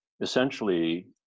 Essentially